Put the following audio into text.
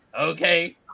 okay